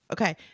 Okay